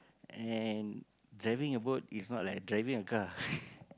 and driving a boat is not like driving a car